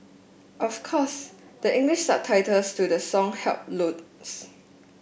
of course the English subtitles to the song helped loads